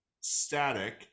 static